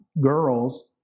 girls